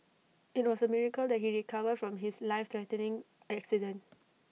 IT was A miracle that he recover from his life threatening accident